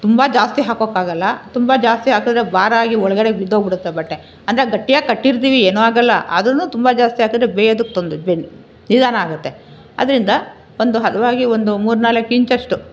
ತುಂಬ ಜಾಸ್ತಿ ಹಾಕೋಕ್ಕಾಗಲ್ಲ ತುಂಬ ಜಾಸ್ತಿ ಹಾಕಿದರೆ ಭಾರ ಆಗಿ ಒಳಗಡೆ ಬಿದ್ದೋಗ್ಬಿಡುತ್ತೆ ಬಟ್ಟೆ ಅಂದರೆ ಗಟ್ಟಿಯಾಗಿ ಕಟ್ಟಿರ್ತೀವಿ ಏನು ಆಗಲ್ಲ ಆದರೂ ತುಂಬ ಜಾಸ್ತಿ ಹಾಕಿದರೆ ಬೇಯೋದಕ್ಕೆ ತೊಂದರೆ ಬೆನ್ ನಿಧಾನ ಆಗುತ್ತೆ ಅದರಿಂದ ಒಂದು ಹದವಾಗಿ ಒಂದು ಮೂರು ನಾಲ್ಕು ಇಂಚಷ್ಟು